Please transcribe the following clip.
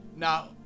Now